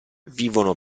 vivono